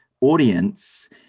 audience